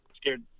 scared